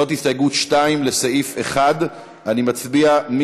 זאת הסתייגות 2, לסעיף 1. נצביע.